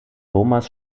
thomas